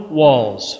walls